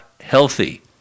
healthy